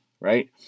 right